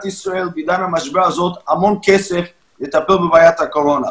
ישראל בעידן המשבר הזה המון כסף לטפל בבעיית הקורונה.